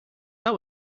that